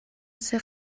sait